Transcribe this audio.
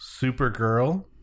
Supergirl